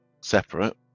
separate